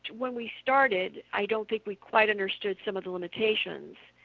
when we started, i don't think we quite understood some of the limitations.